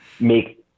make